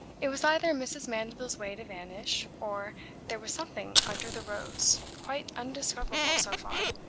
it was either mrs. mandeville's way to vanish, or there was something under the rose, quite undiscoverable so far.